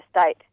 state